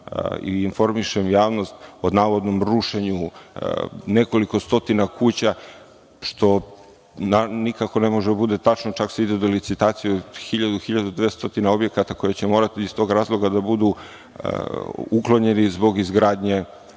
da informišem javnost o navodnom rušenju nekoliko stotina kuća, što nikako ne može da bude tačno. Čak se ide na licitaciju 1000-1200 objekata koji će morati iz tog razloga da budu uklonjeni zbog izgradnje